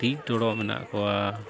ᱴᱤᱜ ᱴᱚᱲᱚᱜ ᱢᱮᱱᱟᱜ ᱠᱚᱣᱟ